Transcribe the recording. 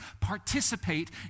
Participate